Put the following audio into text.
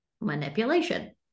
manipulation